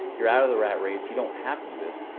you're out of the rat race. you don't have to do this.